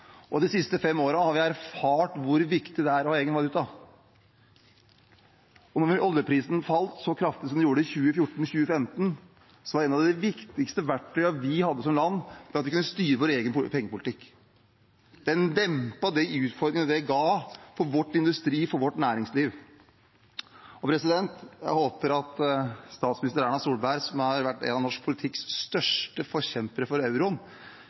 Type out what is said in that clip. kronen. De siste fem årene har vi erfart hvor viktig det er å ha egen valuta. Da oljeprisen falt så kraftig som den gjorde i 2014–2015, var et av de viktigste verktøyene vi hadde som land at vi kunne styre vår egen pengepolitikk. Det dempet de utfordringene det ga for vår industri og vårt næringsliv. Jeg håper at statsminister Erna Solberg, som har vært en av norsk politikks største forkjempere for